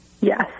Yes